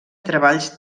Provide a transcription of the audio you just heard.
treballs